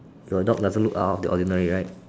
your dog doesn't look out of the ordinary right